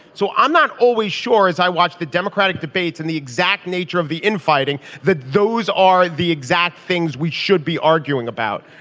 so i'm not always sure as i watch the democratic debates and the exact nature of the infighting that those are the exact things we should be arguing about.